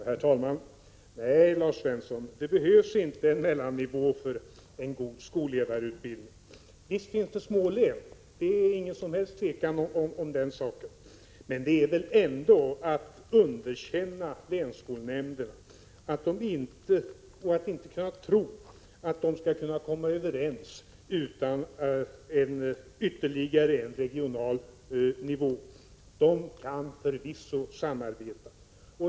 Herr talman! Nej, Lars Svensson, det behövs inte någon mellannivå för att få till stånd en god skolledarutbildning. Visst finns det små län. Det är inget som helst tvivel om den saken. Men det är ändå att underkänna länsskolnämnderna att inte tro att de skulle kunna komma överens utan ytterligare en regional nivå. De kan förvisso samarbeta.